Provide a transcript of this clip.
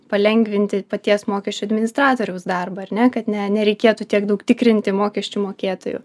palengvinti paties mokesčių administratoriaus darbą ar ne kad ne nereikėtų tiek daug tikrinti mokesčių mokėtojų